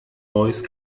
voice